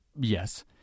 yes